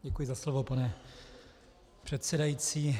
Děkuji za slovo, pane předsedající.